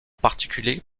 particulier